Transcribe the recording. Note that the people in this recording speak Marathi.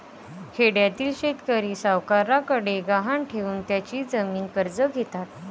खेड्यातील शेतकरी सावकारांकडे गहाण ठेवून त्यांची जमीन कर्ज घेतात